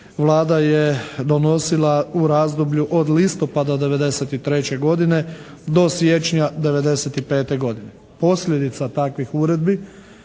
Vlada je donosila u razdoblju od listopada '93. godine do siječnja '95. godine. Posljedica takvih uredbi